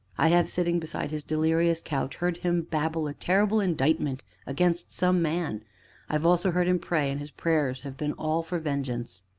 i have, sitting beside his delirious couch, heard him babble a terrible indictment against some man i have also heard him pray, and his prayers have been all for vengeance.